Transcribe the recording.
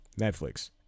Netflix